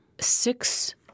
six